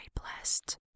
blessed